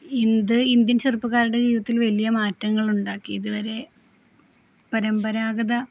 Indian ചെറുപ്പക്കാരുടെ ജീവിതത്തിൽ വലിയ മാറ്റങ്ങുണ്ടാക്കി ഇതുവരെ പരമ്പരാഗത